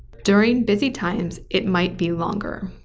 during busy times it might be longer.